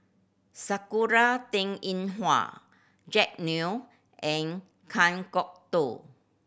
Sakura Teng Ying Hua Jack Neo and Kan Kwok Toh